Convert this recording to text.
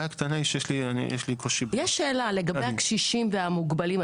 יש שאלה לגבי הקשישים והמוגבלים.